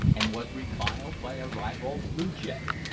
and was reviled by a ribald blue jay.